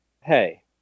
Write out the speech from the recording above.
Hey